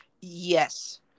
Yes